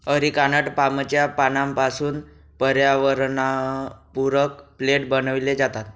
areca nut पामच्या पानांपासून पर्यावरणपूरक प्लेट बनविले जातात